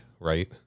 right